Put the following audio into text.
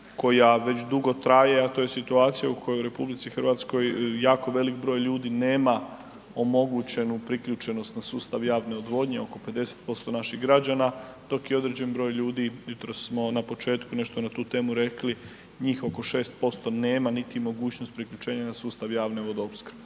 koja već dugo traje, a to je situacija u kojoj RH jako velik broj ljudi nema omogućenu priključenost na sustav javne odvodnje, oko 50% naših građana, dok je određen broj ljudi, jutros smo na početku nešto na tu temu rekli njih oko 6% nema niti mogućnost priključenja na sustav javne vodoopskrbe.